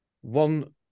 One